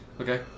Okay